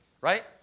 right